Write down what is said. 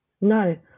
no